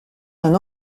d’un